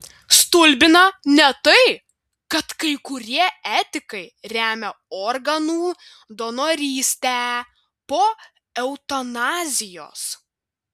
stulbina ne tai kad kai kurie etikai remia organų donorystę po eutanazijos